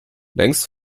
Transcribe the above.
längst